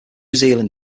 zealand